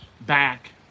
back